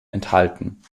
enthalten